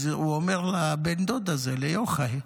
אז הוא אומר לבן דוד הזה, ליוחאי: